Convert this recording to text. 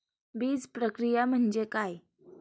बीजप्रक्रिया म्हणजे काय?